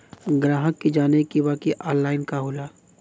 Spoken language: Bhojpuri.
ग्राहक के जाने के बा की ऑनलाइन का होला?